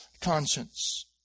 conscience